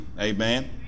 Amen